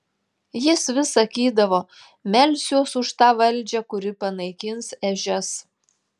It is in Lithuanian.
jis vis sakydavo melsiuos už tą valdžią kuri panaikins ežias